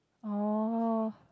oh